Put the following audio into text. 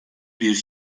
bir